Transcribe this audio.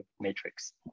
matrix